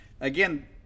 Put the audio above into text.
Again –